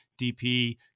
DP